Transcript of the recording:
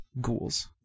ghouls